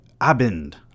Abend